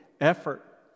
effort